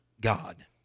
God